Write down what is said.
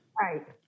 Right